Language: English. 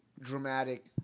dramatic